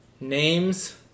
Names